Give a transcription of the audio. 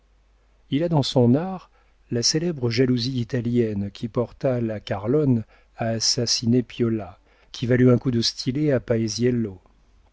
il a dans son art la célèbre jalousie italienne qui porta le carlone à assassiner piola qui valut un coup de stylet à